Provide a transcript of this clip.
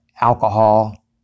alcohol